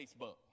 Facebook